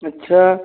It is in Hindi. अच्छा